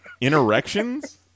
Interactions